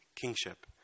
kingship